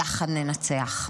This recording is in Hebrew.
יחד ננצח.